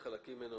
"אם בוצעה"